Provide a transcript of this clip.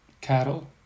cattle